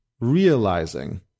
realizing